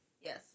Yes